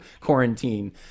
quarantine